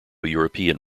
european